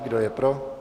Kdo je pro?